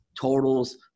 totals